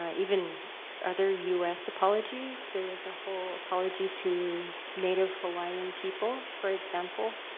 ah even other us apologies. there was a whole apology to native hawaiian people, for example.